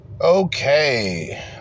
Okay